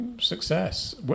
success